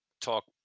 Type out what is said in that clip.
talk